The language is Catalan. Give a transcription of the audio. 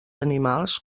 animals